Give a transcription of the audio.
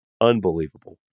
Unbelievable